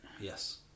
Yes